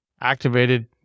activated